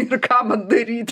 ir ką man daryti